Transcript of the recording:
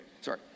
sorry